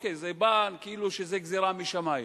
כי זה בא כאילו זו גזירה משמים.